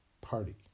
party